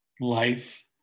life